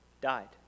Died